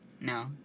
No